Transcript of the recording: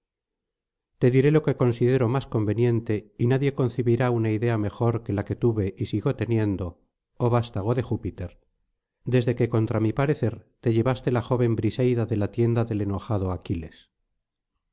te diré lo que considero más conveniente y nadie concebirá una idea mejor que la que tuve y sigo teniendo oh vastago de júpiter desde que contra mi parecer te llevaste la joven briseida de la tienda del enojado aquiles